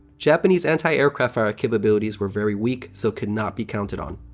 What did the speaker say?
japanese anti-aircraft fire ah capabilities were very weak, so could not be counted on.